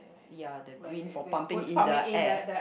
ya the green for pumping in the air